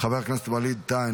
חבר הכנסת ווליד טאהא,